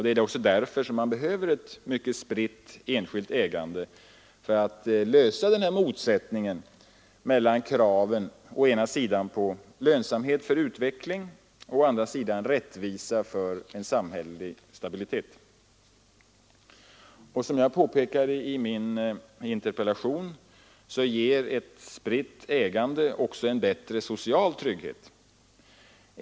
Det är också därför man behöver ett mycket spritt, enskilt ägande för att lösa motsättningen mellan kraven å ena sidan på lönsamhet för utveckling och å andra sidan på rättvisa för samhällelig stabilitet. Som jag påpekade redan i min interpellation ger ett spritt ägande också en bättre social trygghet.